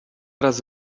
raz